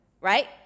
right